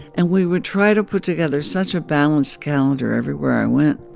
and we would try to put together such a balanced calendar everywhere i went.